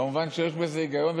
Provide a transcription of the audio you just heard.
כמובן שיש בזה היגיון,